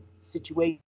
situation